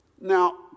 Now